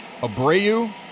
Abreu